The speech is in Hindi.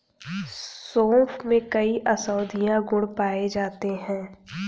सोंफ में कई औषधीय गुण पाए जाते हैं